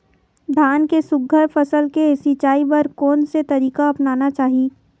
धान के सुघ्घर फसल के सिचाई बर कोन से तरीका अपनाना चाहि?